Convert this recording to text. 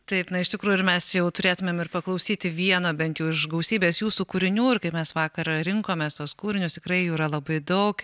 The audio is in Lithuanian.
taip na iš tikrųjų ir mes jau turėtumėm ir paklausyti vieno bent jau iš gausybės jūsų kūrinių ir kai mes vakar rinkomės tuos kūrinius tikrai jų yra labai daug